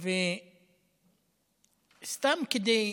סתם כדי